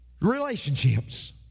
Relationships